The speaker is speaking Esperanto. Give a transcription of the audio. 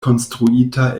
konstruita